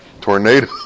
tornado